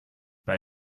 bei